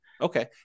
Okay